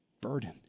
burden